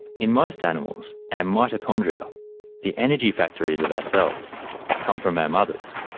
in most animals and mitochondria the energy factories of ourselves come from their mothers.